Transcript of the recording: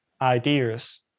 ideas